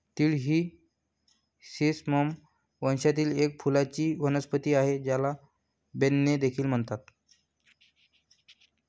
तीळ ही सेसमम वंशातील एक फुलांची वनस्पती आहे, ज्याला बेन्ने देखील म्हणतात